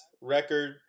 record